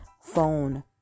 phone